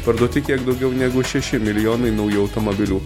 parduoti kiek daugiau negu šeši milijonai naujų automobilių